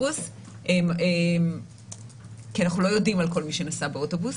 כי אנחנו לא יודעים על כל מי שנסע באוטובוס,